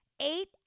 Eight